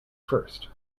first